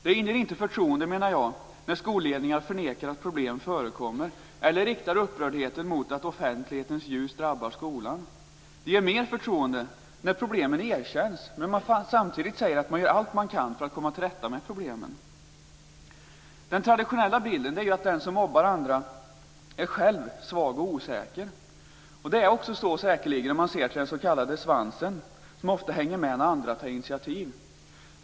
Det inger inte förtroende när skolledningar förnekar att problem förekommer eller riktar upprördheten mot att offentlighetens ljus drabbar skolan. Det inger mer förtroende när problemen erkänns, men man samtidigt säger att man gör allt man kan för att komma till rätta med problemen. Den traditionella bilden är att den som mobbar andra själv är svag och osäker. Det är säkert så med den s.k. svansen, de som ofta hänger med när andra tar initiativ.